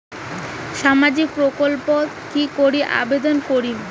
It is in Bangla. সামাজিক প্রকল্পত কি করি আবেদন করিম?